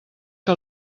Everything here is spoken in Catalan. que